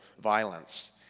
violence